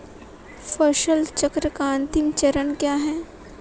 फसल चक्र का अंतिम चरण क्या है?